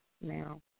now